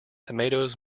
tomatoes